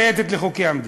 לא מצייתת לחוקי המדינה.